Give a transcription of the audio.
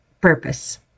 purpose